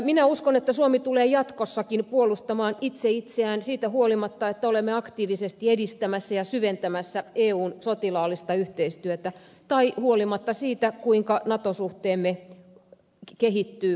minä uskon että suomi tulee jatkossakin puolustamaan itse itseään siitä huolimatta että olemme aktiivisesti edistämässä ja syventämässä eun sotilaallista yhteistyötä tai huolimatta siitä kuinka suotuisasti nato suhteemme kehittyy